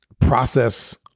process